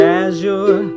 azure